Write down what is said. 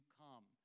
come